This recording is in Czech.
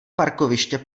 parkoviště